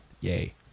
yay